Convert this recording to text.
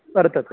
वर्तते